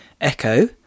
echo